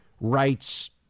rights